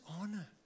honor